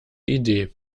idee